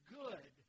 good